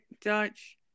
Dutch